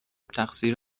تقصیر